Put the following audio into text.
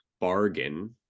bargain